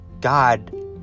God